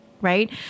right